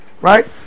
Right